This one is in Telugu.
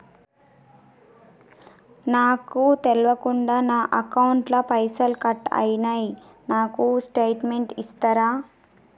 నాకు తెల్వకుండా నా అకౌంట్ ల పైసల్ కట్ అయినై నాకు స్టేటుమెంట్ ఇస్తరా?